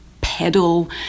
pedal